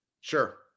Sure